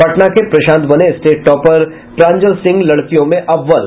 पटना के प्रशांत बने state topper Pranjal Singh लड़कियों में अव्वल